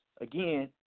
again